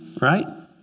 right